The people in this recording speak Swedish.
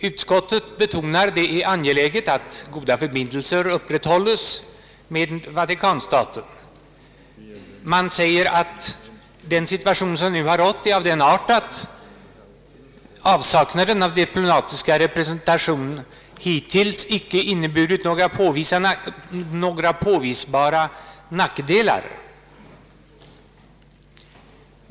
Utskottet betonar att det är angeläget att goda förbindelser upprätthålles med Vatikanstaten. Man anser att den situation som har rått är sådan att avsaknaden av diplomatisk representation hit tills icke inneburit några påvisbara nackdelar.